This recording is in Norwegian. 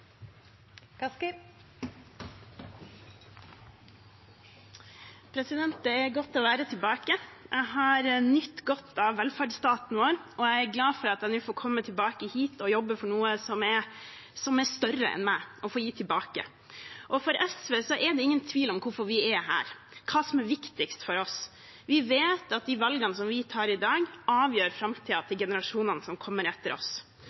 omme. Det er godt å være tilbake. Jeg har nytt godt av velferdsstaten vår, og jeg er glad for at jeg nå får komme tilbake hit og jobbe for noe som er større enn meg – å få gi tilbake. For SV er det ingen tvil om hvorfor vi er her, hva som er viktigst for oss. Vi vet at de valgene som vi tar i dag, avgjør framtiden til generasjonene som kommer etter oss.